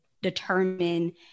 Determine